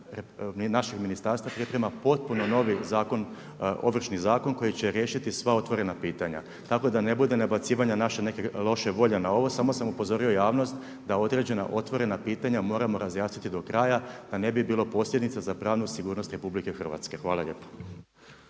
Naše ministarstvo priprema potpuno novi ovršni zakon koji će riješiti sva otvorena pitanja. Tako da ne bude nabacivanja naše neke loše volje na ovo. Samo sam upozorio javnost da određena otvorena pitanja, moramo razjasniti do kraja, da ne bi bilo posljedica za pravnu sigurnost RH. Hvala lijepo.